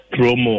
promo